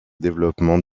développement